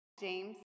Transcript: James